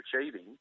achieving